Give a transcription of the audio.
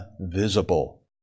visible